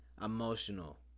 emotional